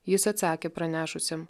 jis atsakė pranešusiam